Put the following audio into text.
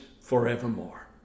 forevermore